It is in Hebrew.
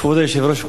כבוד היושב-ראש,